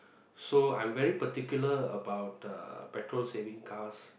so I'm very particular about uh petrol saving cars